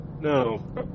No